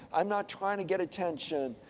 i'm not trying to get attention.